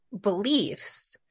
beliefs